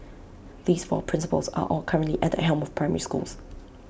these four principals are all currently at the helm of primary schools